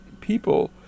people